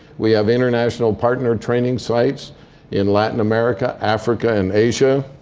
we have international partner training sites in latin america, africa, and asia.